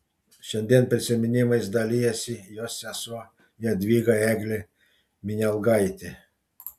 šiandien prisiminimais dalijasi jos sesuo jadvyga eglė minialgaitė